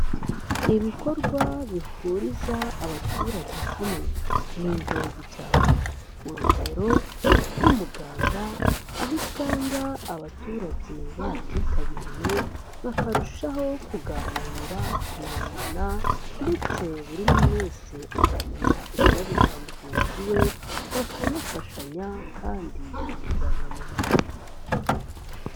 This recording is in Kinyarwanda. Ibikorwa bihuriza abaturage hamwe ni ingenzi cyane. Urugero nk'umuganda aho usanga abaturage babyitabiriye bakarushaho kuganira kumenyana ndetse buri muntu wese akamenya ikibazo cya mugenzi we, bakanafashanya kandi bakabana mu mahoro.